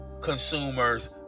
consumers